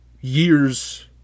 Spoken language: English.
years